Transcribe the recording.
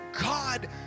God